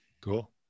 Cool